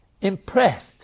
impressed